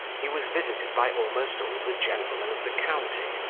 he was visited by almost all the gentlemen of the county,